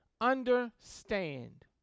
understand